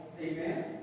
amen